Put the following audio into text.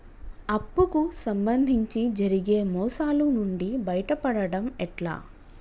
అప్పు కు సంబంధించి జరిగే మోసాలు నుండి బయటపడడం ఎట్లా?